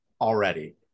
already